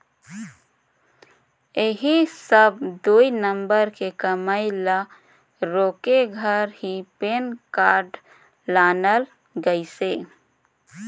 ऐही सब दुई नंबर के कमई ल रोके घर ही पेन कारड लानल गइसे